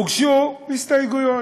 הוגשו הסתייגויות.